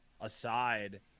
aside